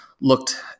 looked